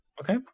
Okay